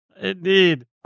Indeed